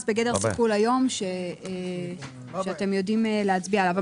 בגדר סיכול היום שאתם יודעים להצביע עליו.